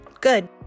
Good